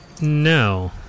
No